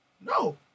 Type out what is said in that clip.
no